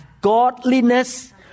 Godliness